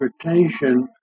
transportation